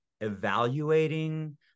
evaluating